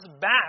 back